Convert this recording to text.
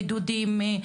בידודים,